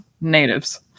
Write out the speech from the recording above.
natives